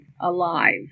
alive